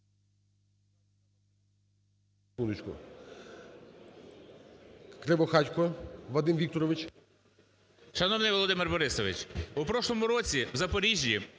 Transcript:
Шановний Володимир Борисович, упрошлому році в Запоріжжі